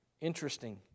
Interesting